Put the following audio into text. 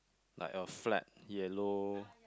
like a flat yellow